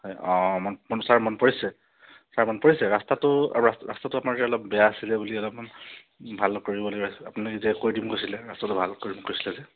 হয় অঁ ছাৰ মনত পৰিছে ছাৰ মনত পৰিছে ৰাস্তাটো ৰাস্তাটো আমাৰ যে অলপ বেয়া আছিলে বুলি অলপমান ভাল কৰিব লগা আছিলে আপুনি যে কৰি দিম কৈছিলে ৰাস্তাটো ভাল কৰিম কৈছিলে যে